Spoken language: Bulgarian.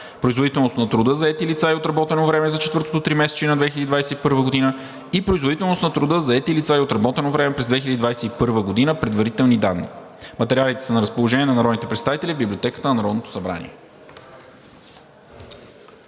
производителност на труда, заети лица и отработено време за четвъртото тримесечие на 2021 г., производителност на труда, заети лица и отработено време през 2021 г. – предварителни данни. Материалите са на разположение на народните представители в Библиотеката на Народното събрание.